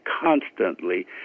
constantly